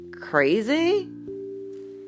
crazy